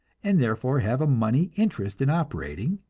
and therefore have a money interest in operating,